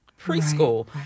preschool